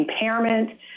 impairment